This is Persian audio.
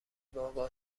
بابا